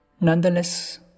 Nonetheless